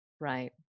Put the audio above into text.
Right